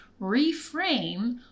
reframe